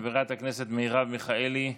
חברת הכנסת מרב מיכאלי,